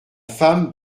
femme